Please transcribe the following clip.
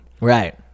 Right